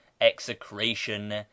execration